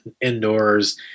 indoors